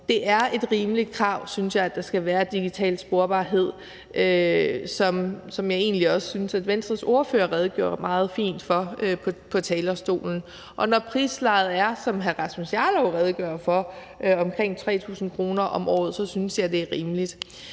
det er et rimeligt krav, at der skal være digital sporbarhed, hvilket jeg egentlig også synes at Venstres ordfører redegjorde meget fint for på talerstolen. Og når prislejet, som hr. Rasmus Jarlov redegjorde for, er på omkring 3.000 kr. om året, så synes jeg, det er rimeligt.